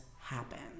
happen